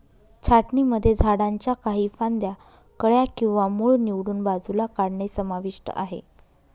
छाटणीमध्ये झाडांच्या काही फांद्या, कळ्या किंवा मूळ निवडून बाजूला काढणे समाविष्ट आहे